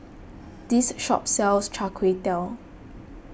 this shop Sells Char Kway Teow